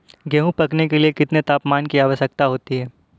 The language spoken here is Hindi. गेहूँ पकने के लिए कितने तापमान की आवश्यकता होती है?